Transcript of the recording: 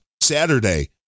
saturday